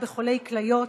8102,